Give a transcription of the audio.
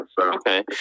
Okay